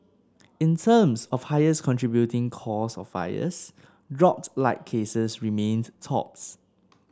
in terms of highest contributing cause of fires dropped light cases remained tops